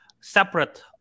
separate